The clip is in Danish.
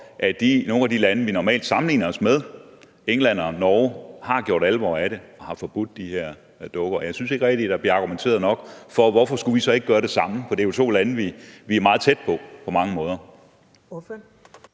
når nogle af de lande, vi normalt sammenligner os med, England og Norge, har gjort alvor af det og har forbudt de her dukker. Og jeg synes ikke rigtig, at der bliver argumenteret nok for, hvorfor vi så ikke skulle gøre det samme, for det er jo to lande, vi på mange måder